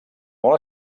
molt